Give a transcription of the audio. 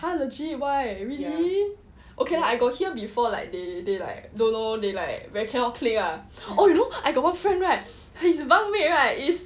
!huh! legit why really okay lah I got hear before like they they like dunno they like very cannot click ah oh you know I got one friend right his bunk mate right is